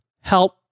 help